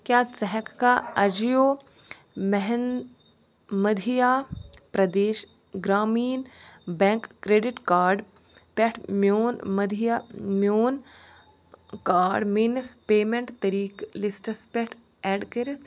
کیٛاہ ژٕ ہٮ۪کٕکھا اَجِیو میہن Madhya Pradesh Gramin bank credit card پٮ۪ٹھ میٛون مدھیہ میٛون کارڈ میٛٲنِس پیٚمٮ۪نٹ طٔریٖقہٕ لِسٹَس پٮ۪ٹھ اٮ۪ڈ کٔرِتھ